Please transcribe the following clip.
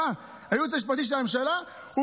טובה או לא